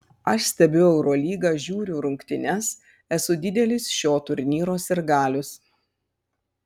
aš stebiu eurolygą žiūriu rungtynes esu didelis šio turnyro sirgalius